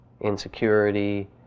insecurity